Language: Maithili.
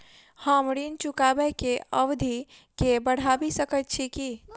हम ऋण चुकाबै केँ अवधि केँ बढ़ाबी सकैत छी की?